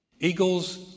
Eagles